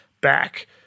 back